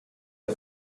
der